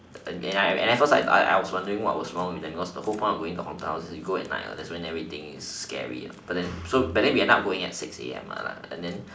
and I and and at first I I was wondering what was wrong with them because the whole point of going the down is to go at night that is when everything is scary ya but then so we end up going at six A_M lah then